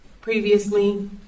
previously